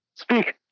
speak